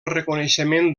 reconeixement